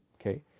okay